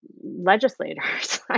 legislators